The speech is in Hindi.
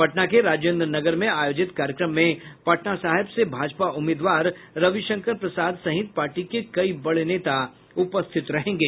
पटना के राजेन्द्र नगर में आयोजित कार्यक्रम में पटनासाहिब से भाजपा उम्मीदवा रविशंकर प्रसाद सहित पार्टी के कई बड़े नेता उपस्थित रहेंगे